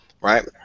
right